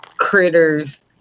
critters